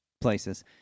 places